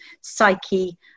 psyche